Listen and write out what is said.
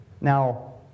Now